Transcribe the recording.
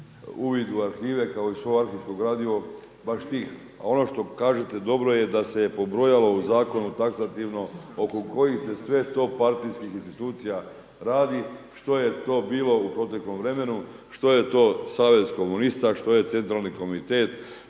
uvid u arhive kao i svo arhivsko gradivo baš tih, a ono što kažete dobro je da se je pobrojalo u zakonu taksativno oko kojih se sve to partijskih institucija radi, što je to bilo u proteklom vremenu, što je to savez komunista, što je centralni komitet,